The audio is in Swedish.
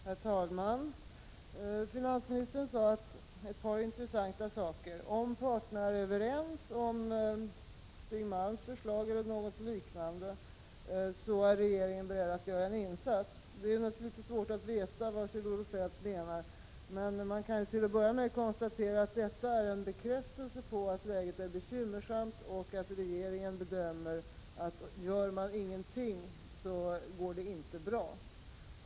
Herr talman! Finansministern sade ett par intressanta saker. Om parterna är överens om Stig Malms förslag eller något liknande, är regeringen beredd att göra en insats. Det är naturligtvis svårt att veta vad Kjell-Olof Feldt menar, men man kan till att börja med konstatera att detta är en bekräftelse på att läget är bekymmersamt och att regeringen bedömer att om ingenting görs, kommer det inte att gå bra.